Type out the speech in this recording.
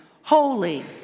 Holy